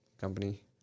company